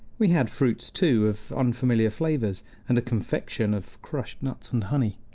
we had fruits, too, of unfamiliar flavors, and a confection of crushed nuts and honey.